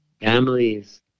families